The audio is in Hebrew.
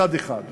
מצד אחד,